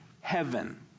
heaven